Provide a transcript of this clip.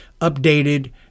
updated